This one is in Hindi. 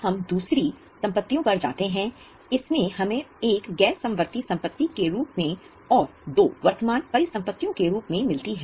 अब हम दूसरी संपत्तियों पर जाते हैं इसमें हमें एक गैर समवर्ती संपत्ति के रूप में और दो वर्तमान परिसंपत्तियों के रूप में मिलती है